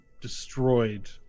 destroyed